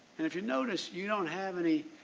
and if you notice, you don't have any.